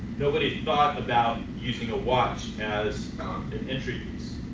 nobody thought about using a watch as an entry